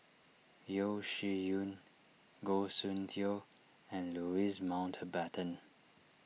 Yeo Shih Yun Goh Soon Tioe and Louis Mountbatten